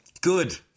Good